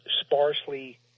sparsely